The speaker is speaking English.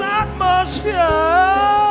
atmosphere